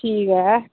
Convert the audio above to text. ठीक ऐ